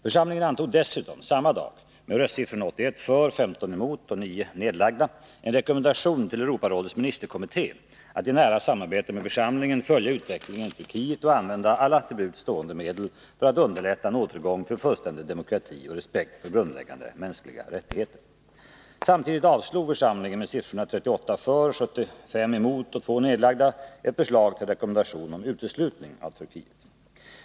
Församlingen antog dessutom samma dag, med röstsiffrorna 81 för, 15 emot och 9 nedlagda, en rekommendation till Europarådets ministerkommitté att i nära samarbete med församlingen följa utvecklingen i Turkiet och använda alla till buds stående medel för att underlätta en återgång till fullständig demokrati och respekt för grundläggande mänskliga rättigheter.